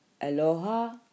Aloha